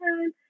time